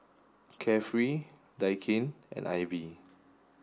Carefree Daikin and AIBI